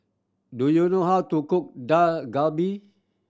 do you know how to cook Dak Galbi